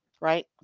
right